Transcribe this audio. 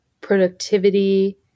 productivity